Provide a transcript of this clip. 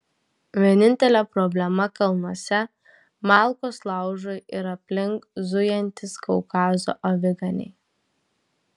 vienintelė problema kalnuose malkos laužui ir aplink zujantys kaukazo aviganiai